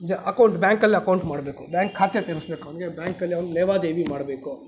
account ಬ್ಯಾಂಕಲ್ಲಿ account ಮಾಡಬೇಕು bank ಖಾತೆ ತೆರೆಸ್ಬೇಕು ಅವನಿಗೆ ಬ್ಯಾಂಕಲ್ಲಿ ಅವನ ಲೇವಾದೇವಿ ಮಾಡಬೇಕು